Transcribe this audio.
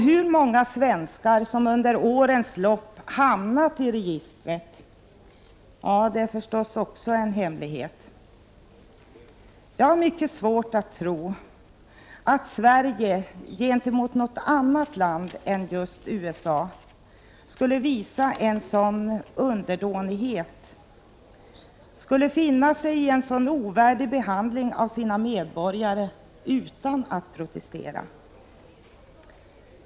Hur många svenskar som under årens lopp hamnat i registret är förstås även det en hemlighet. Jag har mycket svårt att tro att Sverige gentemot något annat land än just USA skulle visa en sådan underdånighet och finna sig i en så ovärdig behandling av sina medborgare utan att protestera.